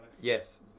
yes